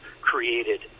created